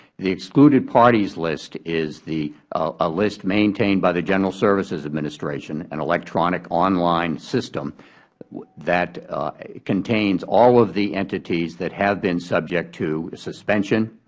the excluded parties list is a ah list maintained by the general services administration, an electronic online system that contains all of the entities that have been subject to suspension,